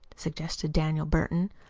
suggested daniel burton.